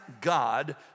God